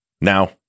Now